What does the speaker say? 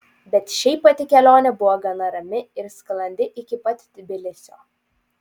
bet šiaip pati kelionė buvo gana rami ir sklandi iki pat tbilisio